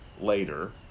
later